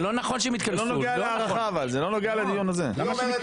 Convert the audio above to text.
זה לא נוגע לדיון הזה.